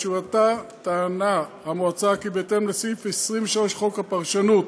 בתשובתה טענה המועצה כי בהתאם לסעיף 23 לחוק הפרשנות,